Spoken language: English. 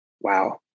wow